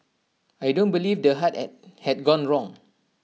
I don't believe the heart had gone wrong